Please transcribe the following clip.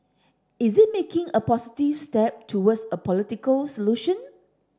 is it making a positive step towards a political solution